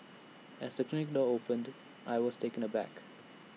as the clinic door opened I was taken aback